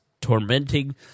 tormenting